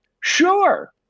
Sure